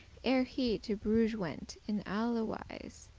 ere he to bruges went, in alle wise.